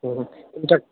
तुमच्या